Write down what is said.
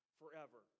forever